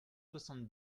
soixante